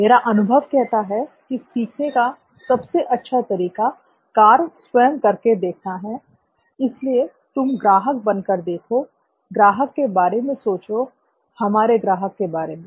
मेरा अनुभव कहता है कि सीखने का सबसे अच्छा तरीका कार्य स्वयं करके देखना है इसलिए तुम ग्राहक बनकर देखो ग्राहक के बारे में सोचो हमारे ग्राहक के बारे में